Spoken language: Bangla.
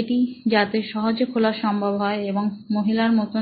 এটি যাতে সহজে খোলা সম্ভব হয় এবং মহিলার মতো